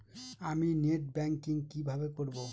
আমি net banking কিভাবে করব?